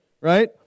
right